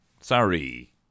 sorry